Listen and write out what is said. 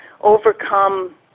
overcome